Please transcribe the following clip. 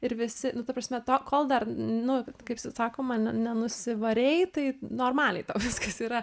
ir visi nu ta prasme tol kol dar nu kaip sakoma nenusivarei tai normaliai viskas yra